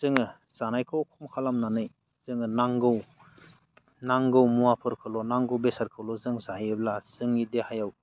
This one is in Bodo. जोङो जानायखौ खम खालामनानै जोङो नांगौ मुवाफोरखौल' नांगौ बेसारफोरखौल' जों जायोब्ला जोंनि देहायाव